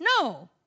no